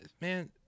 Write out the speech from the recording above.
man